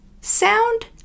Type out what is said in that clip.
sound